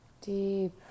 Deep